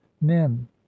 men